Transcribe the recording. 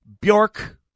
Bjork